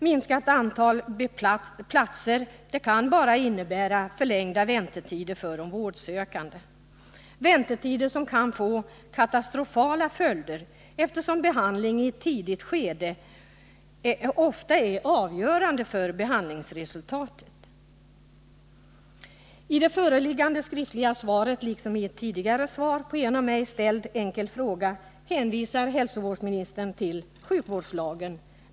Minskat antal platser kommer bara att innebära förlängda väntetider för de vårdsökande, vilket kan få katastrofala följder, eftersom behandling i ett tidigt skede ofta är avgörande för behandlingsresultatet. I det föreliggande skriftliga svaret, liksom i ett tidigare svar på en av mig ställd enkel fråga, hänvisar hälsovårdsministern till sjukvårdslagen .